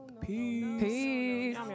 peace